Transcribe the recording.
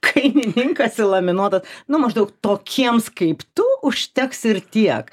kainininkas įlaminuotas nu maždaug tokiems kaip tu užteks ir tiek